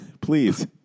please